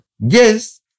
Yes